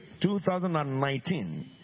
2019